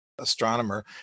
astronomer